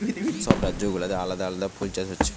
সব রাজ্য গুলাতে আলাদা আলাদা ফুল চাষ হচ্ছে